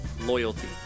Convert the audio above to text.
loyalty